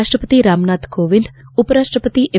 ರಾಷ್ಟಪತಿ ರಾಮನಾಥ ಕೋವಿಂದ್ ಉಪ ರಾಷ್ಟಪತಿ ಎಂ